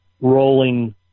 rolling